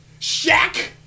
Shaq